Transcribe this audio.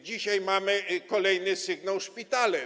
Dzisiaj mamy kolejny sygnał: szpitale.